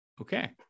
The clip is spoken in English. Okay